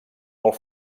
molt